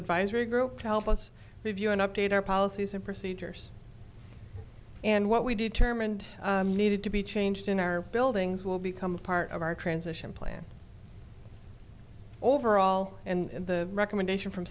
advisory group to help us review an update our policies and procedures and what we determined needed to be changed in our buildings will become a part of our transition plan overall and the recommendation from